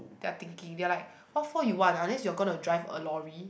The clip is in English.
their thinking they're like what for you want ah unless you're gonna drive a lorry